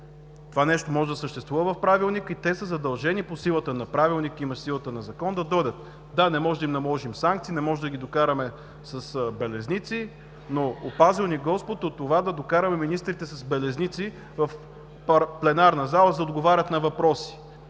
Това нещо може да съществува в Правилника и те са задължени по силата на Правилника, който има силата на закон, да дойдат. Да, не можем да им наложим санкции, не можем да ги докараме с белезници, но, опазил ни Господ от това да докараме министрите с белезници в пленарната зала да отговарят на въпроси.